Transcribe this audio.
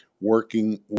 working